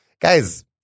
Guys